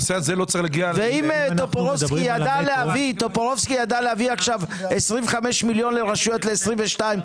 אם טופורובסקי ידע להביא 25 מיליון לרשויות ל-22',